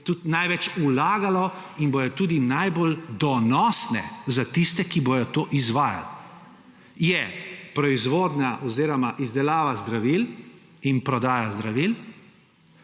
največ vlagalo in bodo tudi najbolj donosne za tiste, ki bodo to izvajali, je proizvodnja oziroma izdelava zdravil in prodaja zdravil,